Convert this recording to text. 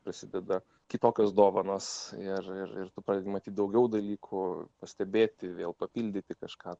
prasideda kitokios dovanos ir ir ir tu pradedi matyt daugiau dalykų pastebėti vėl papildyti kažką